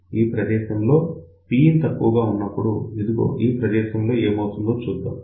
ఈ ప్రదేశంలో Pin తక్కువగా ఉన్నప్పుడు ఇదిగో ఈ ప్రదేశంలో ఏమవుతుందో చూద్దాం